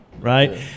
right